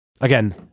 Again